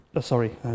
Sorry